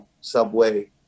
subway